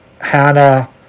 Hannah